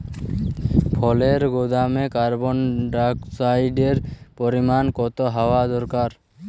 ফলের গুদামে কার্বন ডাই অক্সাইডের পরিমাণ কত হওয়া দরকার?